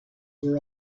were